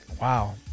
wow